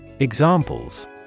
Examples